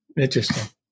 Interesting